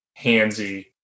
handsy